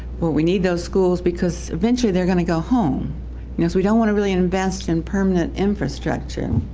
where we need those schools because eventually they're going to go home, you know, so we don't want to really invest in permanent infrastructure